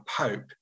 Pope